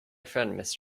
friend